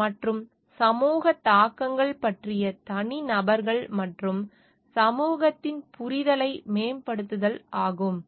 மற்றும் சமூக தாக்கங்கள் பற்றிய தனிநபர்கள் மற்றும் சமூகத்தின் புரிதலை மேம்படுத்துதல் ஆகும்